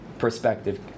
perspective